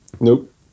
nope